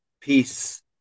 peace